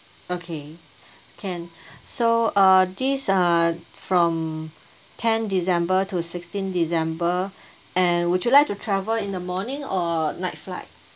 okay can so uh this uh from ten december to sixteen december and would you like to travel in the morning or night flight